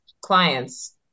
clients